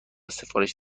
سفارش